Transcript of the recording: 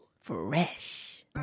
Fresh